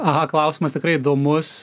aha klausimas tikrai įdomus